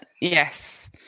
yes